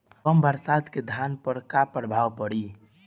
कम बरसात के धान पर का प्रभाव पड़ी?